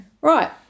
right